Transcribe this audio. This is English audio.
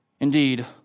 Indeed